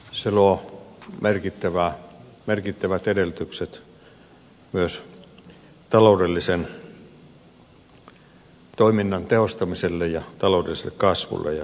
se luo merkittävät edellytykset myös taloudellisen toiminnan tehostamiselle ja taloudelliselle kasvulle ja vakaudelle